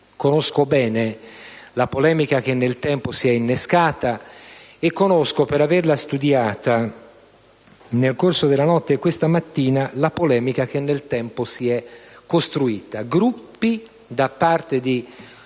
Conosco bene la polemica che nel tempo si è innescata e conosco, per averla studiata nel corso della notte e questa mattina, la polemica che nel tempo si è costruita: Gruppi ritenuti da